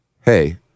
hey